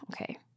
okay